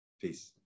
peace